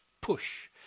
push